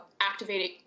activating